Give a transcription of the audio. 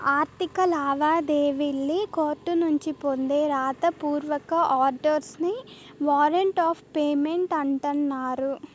ఆర్థిక లావాదేవీల్లి కోర్టునుంచి పొందే రాత పూర్వక ఆర్డర్స్ నే వారంట్ ఆఫ్ పేమెంట్ అంటన్నారు